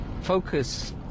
focus